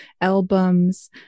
albums